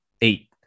eight